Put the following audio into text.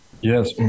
Yes